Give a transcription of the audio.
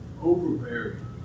overbearing